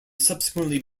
subsequently